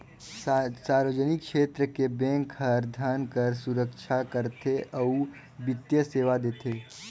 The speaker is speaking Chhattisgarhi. सार्वजनिक छेत्र के बेंक हर धन कर सुरक्छा करथे अउ बित्तीय सेवा देथे